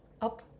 up